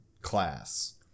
class